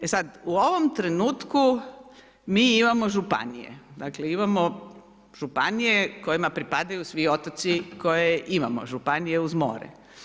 E sada u ovome trenutku, mi imamo županije, dakle, imamo županije, kojima pripadaju svi otoci koje imamo, županije uz more.